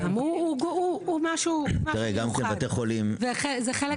הוא משהו מיוחד וזה חלק מהדיון.